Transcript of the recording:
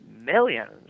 millions